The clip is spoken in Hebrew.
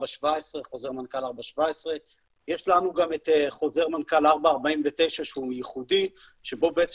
חוזר מנכ"ל 4.17. יש לנו גם את חוזר מנכ"ל 4.49 שהוא ייחודי שבו בעצם